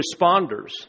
responders